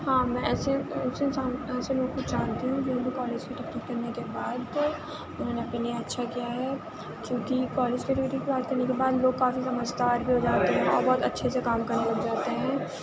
ہاں میں ایسے ایسے لوگوں کو جانتی ہوں جو ابھی کالج کی ڈگری کرنے کے بعد اُنہوں نے اپنے لیے اچھا کیا ہے کیوں کہ کالج کی ڈگری پراپت کرنے کے بعد لوگ کافی سمجھدار بھی ہو جاتے ہیں اور بہت اچھے سے کام کرنے لگ جاتے ہیں